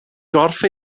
gorff